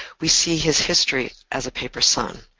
we see his history as a paper son.